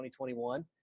2021